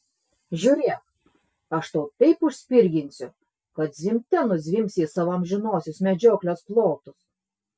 žiūrėk aš tau taip užspirginsiu kad zvimbte nuzvimbsi į savo amžinosios medžioklės plotus